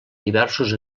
diversos